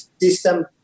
system